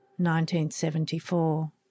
1974